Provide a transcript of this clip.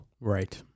Right